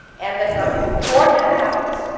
and then but before that happens,